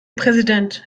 präsident